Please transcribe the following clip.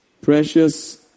precious